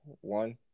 one